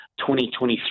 2023